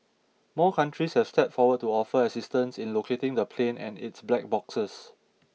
more countries have stepped forward to offer assistance in locating the plane and its black boxes